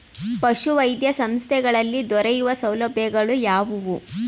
ಪಶುವೈದ್ಯ ಸಂಸ್ಥೆಗಳಲ್ಲಿ ದೊರೆಯುವ ಸೌಲಭ್ಯಗಳು ಯಾವುವು?